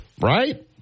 right